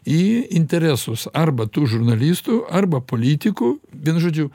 į interesus arba tų žurnalistų arba politikų vienu žodžiu